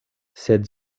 sed